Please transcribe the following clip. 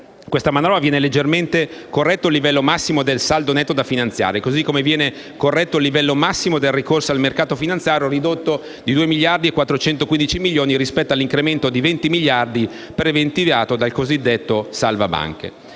questa manovra viene leggermente corretto il livello massimo del saldo netto da finanziare. Così come viene corretto il livello massimo del ricorso al mercato finanziario, ridotto di 2 miliardi e 415 milioni, rispetto all'incremento di 20 miliardi preventivato dal decreto cosiddetto salva banche.